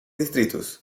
distritos